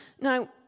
Now